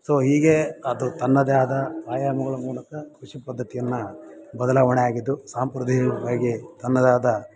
so ಹೀಗೆ ಅದು ತನ್ನದೇ ಆದ ಆಯಾಮಗಳ ಮೂಲಕ ಕೃಷಿಪದ್ದತಿಯನ್ನು ಬದಲಾವಣೆ ಆಗಿದ್ದು ಸಾಂಪ್ರದೇಯವಾಗಿ ತನ್ನದಾದ